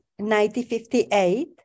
1958